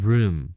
Room